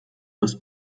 das